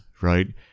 right